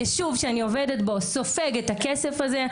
היישוב שאני עובדת בו סופג את הכסף הזה.